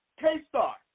K-Star